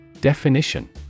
Definition